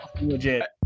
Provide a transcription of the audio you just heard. legit